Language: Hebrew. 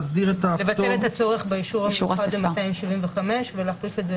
לבטל את הצורך באישור המיוחד ל-275 ולהחליף את זה